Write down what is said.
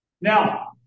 now